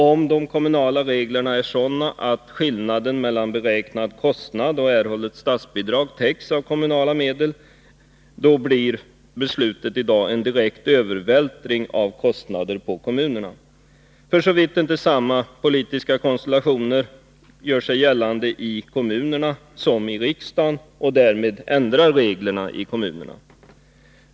Om de kommunala reglerna är sådana att skillnaden mellan beräknad kostnad och erhållet statsbidrag täcks av kommunala medel, innebär ett beslut i dag enligt utskottsmajoritetens förslag en direkt övervältring av kostnader på kommunerna, såvida inte samma politiska konstellationer gör sig gällande i kommunerna som i riksdagen och ändrar de kommunala reglerna.